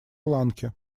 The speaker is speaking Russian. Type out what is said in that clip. ланки